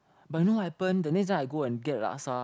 but you know what happen the next time I go and get laksa